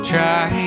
Try